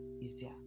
easier